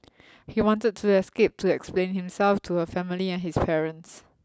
he wanted to escape to explain himself to her family and his parents